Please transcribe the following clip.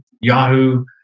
Yahoo